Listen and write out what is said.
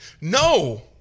no